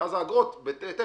ואז נוריד את האגרות בהתאם